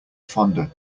fonder